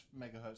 megahertz